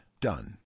Done